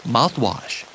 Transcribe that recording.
Mouthwash